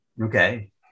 Okay